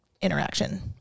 interaction